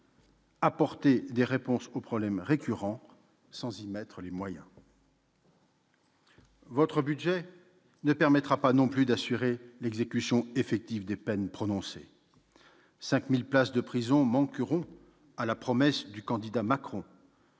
apporter des réponses aux problèmes récurrents sans y mettre les moyens ? Le présent budget ne permettra pas non plus d'assurer l'exécution effective des peines prononcées : 5 000 places de prison manqueront pour répondre à la promesse du candidat Macron,